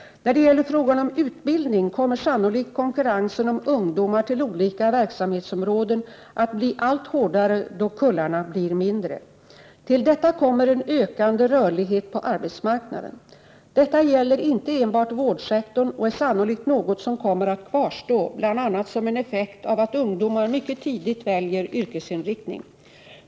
När det gäller frågan om utbildning kommer sannolikt konkurrensen om ungdomar till olika verksamhetsområden att bli allt hårdare då kullarna blir mindre. Till detta kommer en ökande rörlighet på arbetsmarknaden. Detta gäller inte enbart vårdsektorn och är sannolikt något som kommer att kvarstå bl.a. som en effekt av att ungdomar mycket tidigt väljer yrkesinriktning.